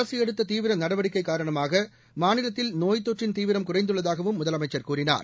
அரசு எடுத்த தீவிர நடவடிக்கை காரணமாக மாநிலத்தில் நோய்த் தொற்றின் தீவிரம் குறைந்துள்ளதாகவும் முதலமைச்சர் கூறினார்